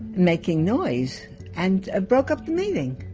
making noise and ah broke up the meeting.